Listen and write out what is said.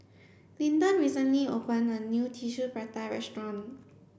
Linton recently opened a new Tissue Prata restaurant